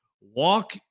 walk